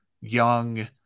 young